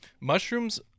Mushrooms